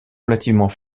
relativement